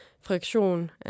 Friction